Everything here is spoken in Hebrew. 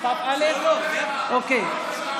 היא לא משכה, בסדר.